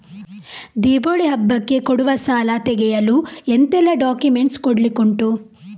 ದೀಪಾವಳಿ ಹಬ್ಬಕ್ಕೆ ಕೊಡುವ ಸಾಲ ತೆಗೆಯಲು ಎಂತೆಲ್ಲಾ ಡಾಕ್ಯುಮೆಂಟ್ಸ್ ಕೊಡ್ಲಿಕುಂಟು?